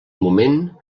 moment